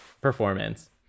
performance